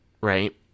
Right